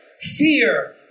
fear